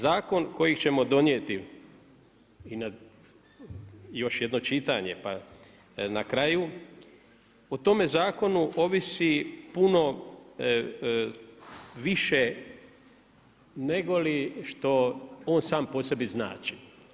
Zakon koji ćemo donijeti i na još jedno čitanje, pa na kraju, o tome zakonu ovisi puno više nego li što on sam po sebi znači.